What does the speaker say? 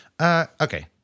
Okay